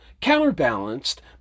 counterbalanced